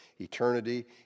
eternity